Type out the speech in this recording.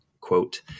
quote